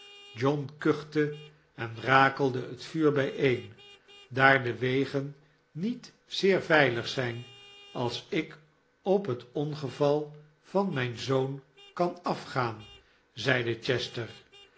john kuchte en rakelde het vuur bijeen tm daar de wegen niet zeer veilig zijn als ik op het ongeval van mijn zoon kan afgaan zeide chester